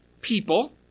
people